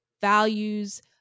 values